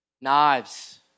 knives